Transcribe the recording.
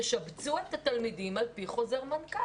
תשבצו את התלמידים על פי חוזר מנכ"ל.